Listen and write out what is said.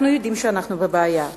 אנחנו יודעים שאנחנו בבעיה,